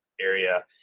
area